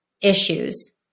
issues